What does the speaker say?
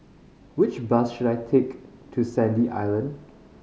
which bus should I take to Sandy Island